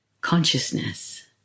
consciousness